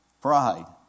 Pride